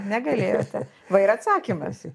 negalėjote va ir atsakymas